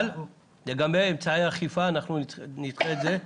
אבל לגבי אמצעי האכיפה אנחנו נדחה את זה,